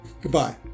Goodbye